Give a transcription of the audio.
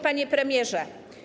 Panie Premierze!